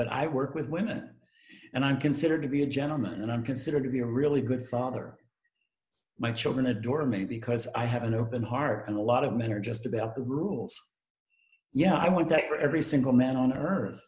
but i work with women and i'm considered to be a gentleman and i'm considered to be a really good father my children adore me because i have an open heart and a lot of men are just of their rules yeah i want that for every single man on earth